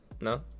No